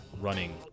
running